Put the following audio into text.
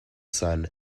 son